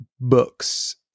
books